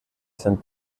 sind